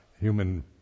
human